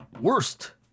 Worst